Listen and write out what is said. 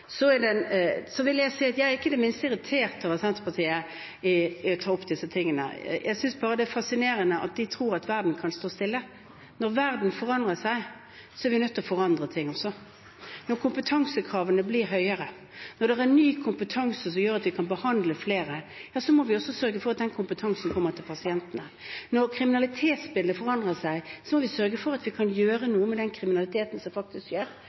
Så vil jeg si at jeg er ikke det minste irritert over at Senterpartiet tar opp disse tingene, jeg synes bare det er fascinerende at de tror verden kan stå stille. Når verden forandrer seg, er vi også nødt til å forandre ting. Når kompetansekravene blir høyere, når det er ny kompetanse som gjør at vi kan behandle flere, må vi også sørge for at den kompetansen kommer til pasientene. Når kriminalitetsbildet forandrer seg, må vi sørge for å gjøre noe med den kriminaliteten som faktisk